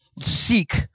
seek